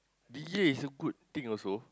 D_J is a good thing also